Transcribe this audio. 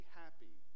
happy